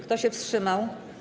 Kto się wstrzymał?